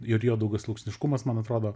ir jo daugiasluoksniškumas man atrodo